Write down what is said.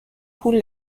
پول